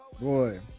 Boy